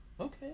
Okay